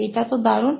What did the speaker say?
এটা তো দারুন